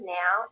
now